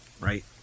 right